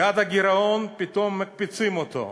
יעד הגירעון, פתאום מקפיצים אותו.